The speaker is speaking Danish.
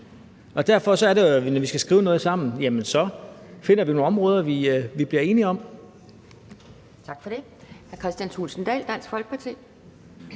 sammen, finder vi nogle områder, vi bliver enige om.